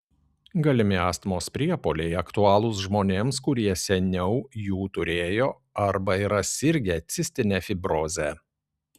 galimi astmos priepuoliai aktualūs žmonėms kurie seniau jų turėjo arba yra sirgę cistine fibroze